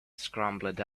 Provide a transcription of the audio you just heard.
scrambled